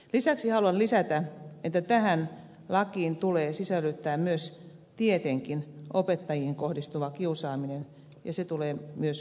lisäksi haluan lisätä että tähän lakiin tulee sisällyttää myös tietenkin opettajiin kohdistuva kiusaaminen ja se tulee myös huomioida